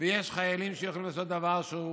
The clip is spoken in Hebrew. ויש חיילים שיכולים לעשות דבר שהוא מס'